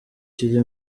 kiri